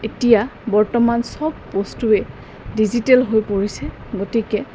এতিয়া বৰ্তমান চব বস্তুৱে ডিজিটেল হৈ পৰিছে গতিকে